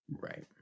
right